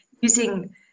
using